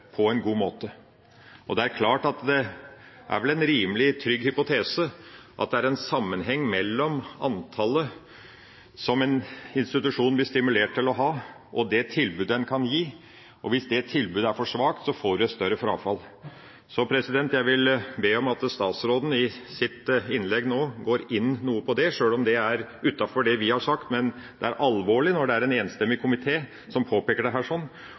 på en god måte. Det er vel en rimelig trygg hypotese at det er en sammenheng mellom antallet som en institusjon blir stimulert til å ha, og det tilbudet en kan gi, og hvis det tilbudet er for svakt, får en et større frafall. Så jeg vil be om at statsråden i sitt innlegg nå går noe inn på det, sjøl om det er utenfor det vi har sagt, men det er alvorlig når det er en enstemmig komité som påpeker dette, og at en da også analyserer sammenhengen mellom studiegjennomføring og det